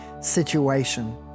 situation